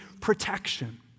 protection